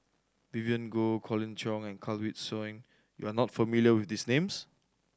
Vivien Goh Colin Cheong and Kanwaljit Soin you are not familiar with these names